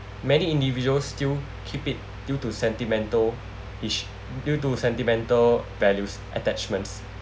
many individuals still keep it due to sentimental each due to sentimental values attachments